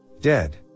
Dead